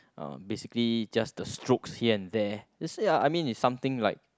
uh basically just the strokes here and there that is ah I mean is something like